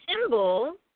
symbol